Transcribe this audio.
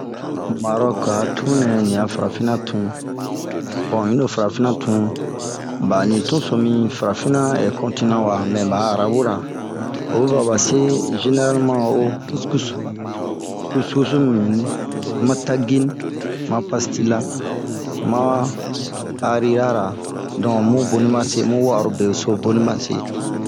Marɔk a tunnɛɛ, li a farafina tun, bonh un yilo farafina tun, bani tun so min farafina kontina wa. Ba'a arabu ra, oyi va ba see, zeneralma ho kuskus ,kuskus mibin, ma tagine, ma pastila, maa haarira ra donk, bun boni base bun we'arobe buni base.